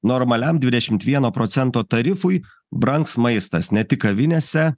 normaliam dvidešimt vieno procento tarifui brangs maistas ne tik kavinėse